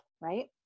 Right